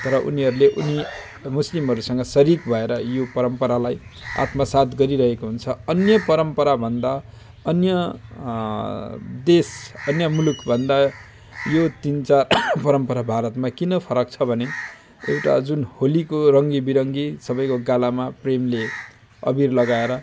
तर उनीहरूले उनी मुस्लिमहरूसँग सरिक भएर यो परम्परालाई आत्मसात् गरिरहेको हुन्छ अन्य परम्परा भन्दा अन्य देश अन्य मुलुक भन्दा यो तिन चार परम्परा भारतमा किन फरक छ भने एउटा जुन होलीको रङ्गी बिरङ्गी सबैको गालामा प्रेमले अबिर लगाएर